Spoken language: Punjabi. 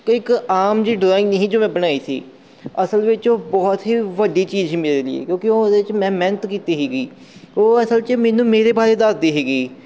ਕਿ ਇੱਕ ਆਮ ਜਿਹੀ ਡਰਾਇੰਗ ਸੀ ਜੋ ਮੈਂ ਬਣਾਈ ਸੀ ਅਸਲ ਵਿੱਚ ਉਹ ਬਹੁਤ ਹੀ ਵੱਡੀ ਚੀਜ਼ ਮਿਲ ਗਈ ਕਿਉਂਕਿ ਉਹ ਉਹਦੇ 'ਚ ਮੈਂ ਮਿਹਨਤ ਕੀਤੀ ਸੀਗੀ ਉਹ ਅਸਲ 'ਚ ਮੈਨੂੰ ਮੇਰੇ ਬਾਰੇ ਦੱਸਦੀ ਸੀਗੀ